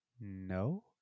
No